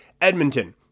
Edmonton